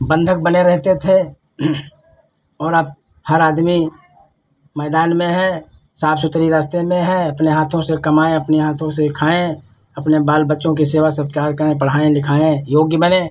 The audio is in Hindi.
बन्धक बने रहते थे और आज हर आदमी मैदान में है साफ़ सुथरी रास्ते में है अपने हाथों से कमाएँ अपने हाथों से खाएँ अपने बाल बच्चों की सेवा सत्कार करें पढ़ाएँ लिखाएँ योग्य बनें